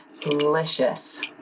Delicious